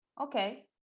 okay